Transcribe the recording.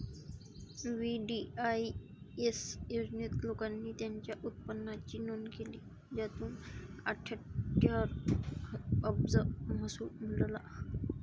VDIS योजनेत, लोकांनी त्यांच्या उत्पन्नाची नोंद केली, ज्यातून अठ्ठ्याहत्तर अब्ज महसूल मिळाला